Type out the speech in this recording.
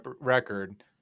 record